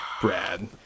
Brad